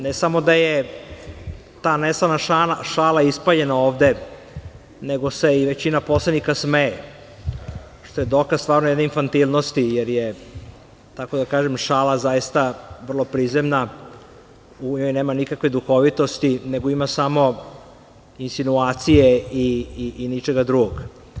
Ne samo da je ta neslana šala ispaljena ovde, nego se i većina poslanika smeje, što je dokaz jedne infantilnosti jer je šala zaista vrlo prizemna, u njoj nema nikakve duhovitosti, nego ima samo insinuacije i ničega drugog.